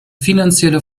finanzielle